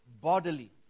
bodily